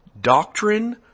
doctrine